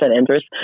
interest